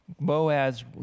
Boaz